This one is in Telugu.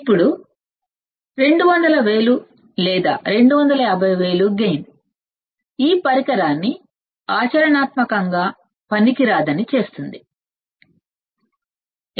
ఇప్పుడు 200000 లేదా 250000 గైన్ ఈ పరికరాన్ని ఆచరణాత్మకంగా పనికి రాకుండా చేస్తుంది సరే